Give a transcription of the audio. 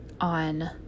on